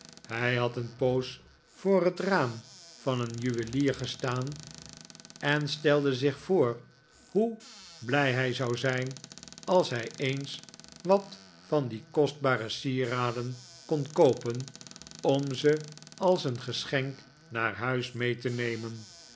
hij had een poos voor het raam van een juwelier gestaan en stelde zich voor hoe blij hij zou zijn als hij eens wat van die kostbare sieraden kon koopen om ze als een geschenk naar huis mee te nemen